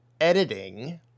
editing